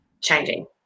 changing